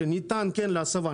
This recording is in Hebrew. שכן ניתן להסבה,